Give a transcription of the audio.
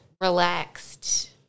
relaxed